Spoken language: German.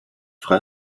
frei